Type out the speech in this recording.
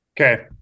Okay